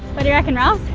what do you reckon, riles?